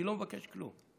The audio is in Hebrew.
אני לא מבקש כלום.